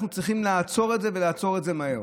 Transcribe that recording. אנחנו צריכים לעצור את זה, ולעצור את זה מהר.